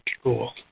school